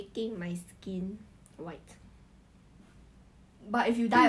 she just 直接讲不可以